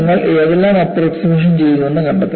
നിങ്ങൾ ഏതെല്ലാം അപ്രോക്സിമേഷൻ ചെയ്തുവെന്ന് കണ്ടെത്തണം